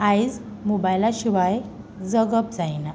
आयज मोबायला शिवाय जगप जायना